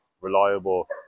reliable